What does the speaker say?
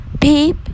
Peep